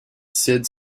sid